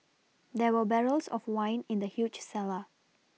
there were barrels of wine in the huge cellar